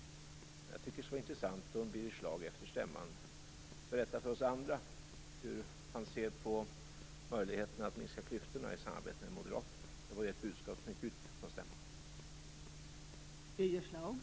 Det skulle vara intressant om Birger Schlaug efter stämman hade berättat för oss andra hur han ser på möjligheterna att minska klyftorna i samarbete med Moderaterna. Det var ju ett budskap som gick ut från stämman.